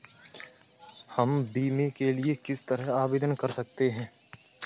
हम बीमे के लिए किस तरह आवेदन कर सकते हैं?